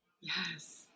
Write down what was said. Yes